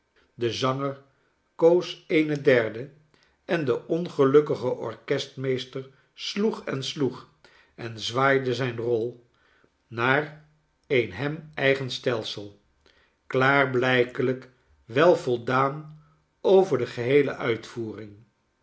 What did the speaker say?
de zanger koos eene derde en de ongelukkige orkestmeester sloeg en sloeg en zwaaide zijne rol naar een hem eigen stelsel klaarblijkelijk wel voldaan over de geheele uitvoering